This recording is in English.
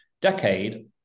decade